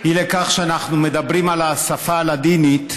אי לכך שאנחנו מדברים על שפת הלדינו,